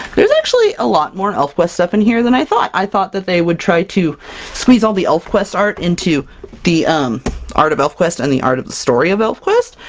there's actually a lot more elfquest stuff in here than i thought! i thought that they would try to squeeze all the elfquest art into the um art of elfquest and the art of the story of elfquest,